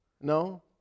no